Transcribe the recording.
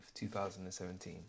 2017